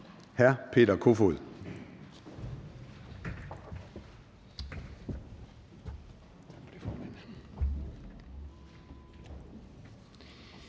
hr. Peter Kofod.